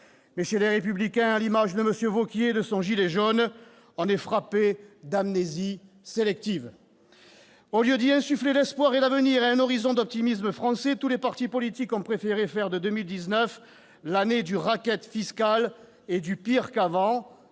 Chez Les Républicains, à l'image de M. Wauquiez et de son gilet jaune, on est frappé d'amnésie sélective. Au lieu d'insuffler l'espoir en l'avenir et de laisser entrevoir un horizon d'optimisme français, tous les partis politiques ont préféré faire de 2019 l'année du racket fiscal et du « pire qu'avant